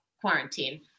quarantine